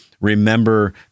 remember